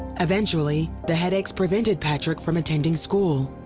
eventually the headaches prevented patrick from attending school.